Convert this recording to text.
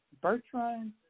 Bertrand